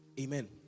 Amen